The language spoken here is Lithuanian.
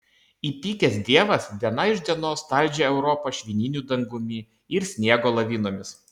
įpykęs dievas diena iš dienos talžė europą švininiu dangumi ir sniego lavinomis